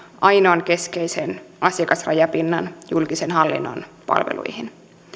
ainoan keskeisen asiakasrajapinnan julkisen hallinnon palveluihin